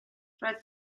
roedd